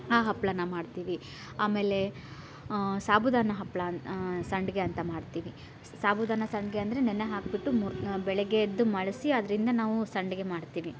ಆ ಹಪ್ಪಳಾನ ಮಾಡ್ತೀವಿ ಆಮೇಲೆ ಸಾಬುದಾನ ಹಪ್ಪಳ ಅಂತ ಸಂಡಿಗೆ ಅಂತ ಮಾಡ್ತೀವಿ ಸಾಬುದಾನ ಸಂಡಿಗೆ ಅಂದರೆ ನೆನೆ ಹಾಕಿಬಿಟ್ಟು ಮೂರು ಬೆಳಗ್ಗೆ ಎದ್ದು ಮಳಸಿ ಅದರಿಂದ ನಾವು ಸಂಡಿಗೆ ಮಾಡ್ತೀವಿ